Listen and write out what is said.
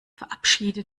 verabschiede